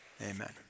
amen